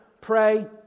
Pray